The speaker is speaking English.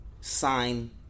sign